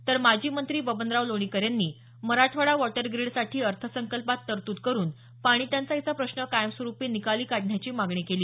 तर माजी मंत्री बबनराव लोणीकर यांनी मराठवाडा वॉटर ग्रीडसाठी अर्थसंकल्पात तरतूद करून पाणी टंचाईचा प्रश्न कायमस्वरुपी निकाली काढण्याची मागणी केली